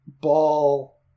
ball